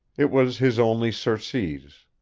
it was his only surcease.